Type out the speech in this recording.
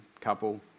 couple